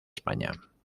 españa